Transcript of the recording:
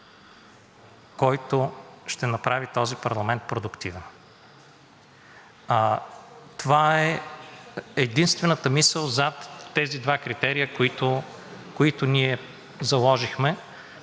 който ще направи този парламент продуктивен. Това е единствената мисъл зад тези два критерия, които ние заложихме.